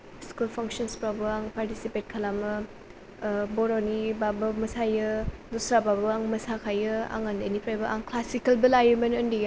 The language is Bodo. स्कुल फांसनसफ्रावबो आं पारतिसिपेट खालामो बर'निबाबो मोसायो दस्राबाबो आं मोसाखायो आं उन्दैनिफ्रायनो आं क्लासिकेलबो लायोमोन उन्दैयाव